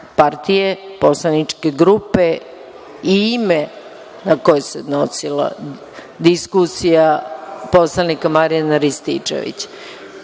partije, poslaničke grupe i ime na koga se odnosila diskusija poslanika Marjana Rističevića. On